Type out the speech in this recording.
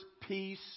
peace